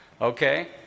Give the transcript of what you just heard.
Okay